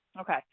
Okay